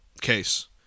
case